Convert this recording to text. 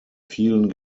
vielen